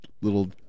little